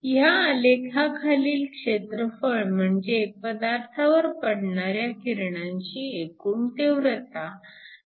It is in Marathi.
ह्या आलेखाखालील क्षेत्रफळ म्हणजे पदार्थावर पडणाऱ्या किरणांची एकूण तीव्रता